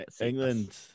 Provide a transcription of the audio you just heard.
England